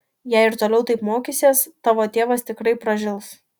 jei ir toliau taip mokysies tavo tėvas tikrai pražils